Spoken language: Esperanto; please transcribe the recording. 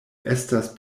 estas